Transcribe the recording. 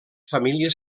famílies